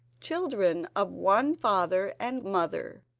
children of one father and mother,